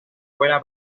cual